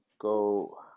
go